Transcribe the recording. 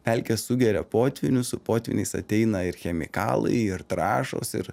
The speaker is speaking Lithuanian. pelkes sugeria potvynius su potvyniais ateina ir chemikalai ir trąšos ir